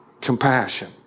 Compassion